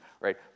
Right